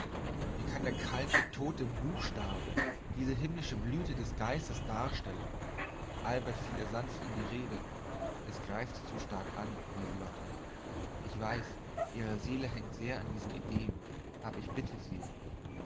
wie kann der kalte tote buchstabe diese himmlische blüte des geistes darstellen albert fiel ihr sanft in die rede es greift zu stark an liebe lotte ich weiß ihre seele hängt sehr nach diesen ideen aber ich bitte sie